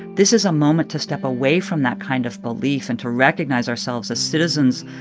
this is a moment to step away from that kind of belief and to recognize ourselves as citizens,